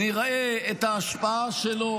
נראה את ההשפעה שלו,